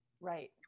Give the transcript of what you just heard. Right